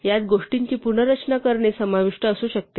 यात गोष्टींची पुनर्रचना करणे समाविष्ट असू शकते